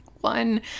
One